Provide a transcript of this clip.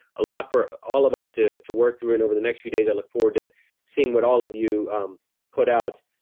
a lot for all of us to to work through, and over the next few days, i look forward to seeing what all of you put out.